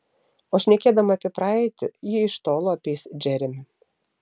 o šnekėdama apie praeitį ji iš tolo apeis džeremį